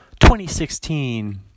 2016